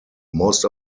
most